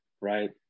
right